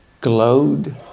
glowed